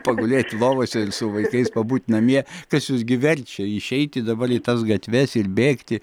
pagulėt lovose ir su vaikais pabūt namie kas jus gi verčia išeiti dabar į tas gatves ir bėgti